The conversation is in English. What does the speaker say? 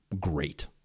great